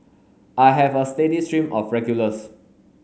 I have a steady stream of regulars